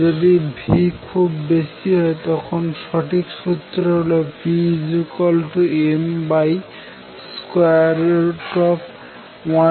যদি v খুব বেশি হয় তখন সঠিক সুত্র হল pmv1 v2c2